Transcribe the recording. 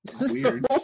Weird